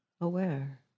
aware